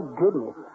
goodness